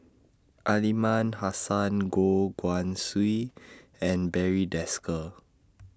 Aliman Hassan Goh Guan Siew and Barry Desker